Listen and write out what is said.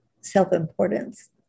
self-importance